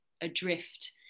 adrift